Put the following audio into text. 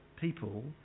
people